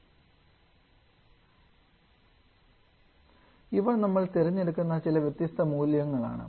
hf| TE 0 kJkg sf| TE 0 kJkg ഇവ നമ്മൾ തിരഞ്ഞെടുക്കുന്ന ചില വ്യത്യസ്ത മൂല്യങ്ങളാണ്